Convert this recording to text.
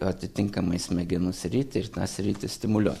atitinkamai smegenų sritį ir tą sritį stimuliuot